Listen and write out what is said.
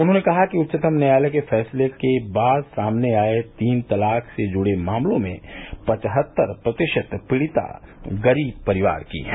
उन्होंने कहा कि उच्चतम न्यायालय के फैसले के बाद सामने आये तीन तलाक से जुड़े मामलों में पचहत्तर प्रतिशत पीड़िता गरीब परिवार की हैं